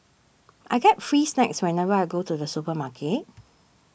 I get free snacks whenever I go to the supermarket